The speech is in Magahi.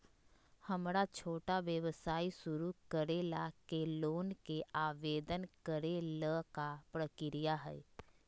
हमरा छोटा व्यवसाय शुरू करे ला के लोन के आवेदन करे ल का प्रक्रिया हई?